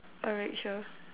alright sure